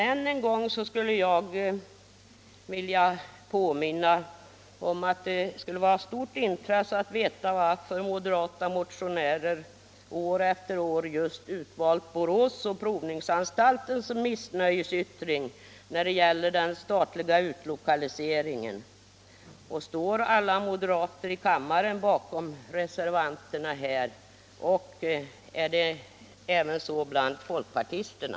Jag vill än en gång säga att det skulle vara av stort intresse att få veta varför moderata motionärer år efter år just utvalt Borås och provningsanstalten som objekt för sina missnöjesyttringar när det gäller den statliga utlokaliseringen. Står alla moderater i kammaren bakom reservanterna? Och hur är det i det avseendet bland folkpartisterna?